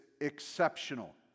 exceptional